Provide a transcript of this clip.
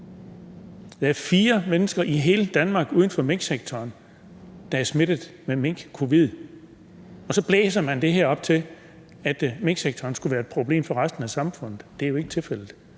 der er fire mennesker i hele Danmark uden for minksektoren, der er smittet med mink-covid, og så blæser man det her op til, at minksektoren skulle være et problem for resten af samfundet. Det er jo ikke tilfældet.